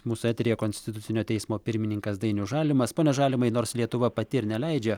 mūsų eteryje konstitucinio teismo pirmininkas dainius žalimas pone žalimai nors lietuva pati ir neleidžia